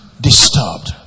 disturbed